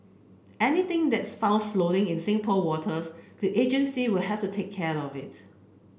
anything that's found floating in Singapore waters the agency will have to take care of it